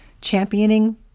championing